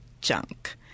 junk